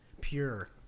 pure